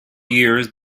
years